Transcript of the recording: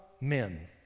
men